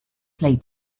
play